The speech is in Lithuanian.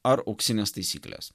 ar auksinės taisyklės